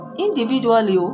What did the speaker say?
Individually